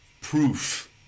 proof